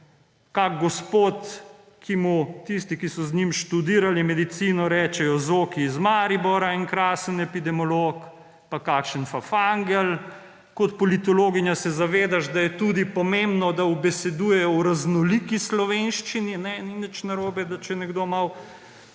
Kakšen gospod, ki mu tisti, ki so z njim študirali medicino, rečejo Zoki iz Maribora, en krasen epidemiolog, pa kakšen Fafangel. Kot politologinja se zavedaš, da je tudi pomembno, da ubesedujejo v raznoliki slovenščini, ni nič narobe, da če nekdo malo